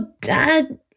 dad